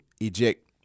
eject